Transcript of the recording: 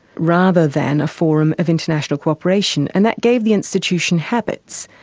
rather than a forum of international co-operation, and that gave the institution habits,